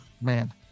Man